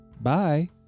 Bye